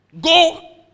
Go